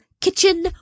kitchen